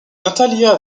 natalia